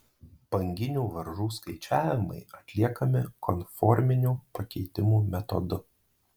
banginių varžų skaičiavimai atliekami konforminių pakeitimų metodu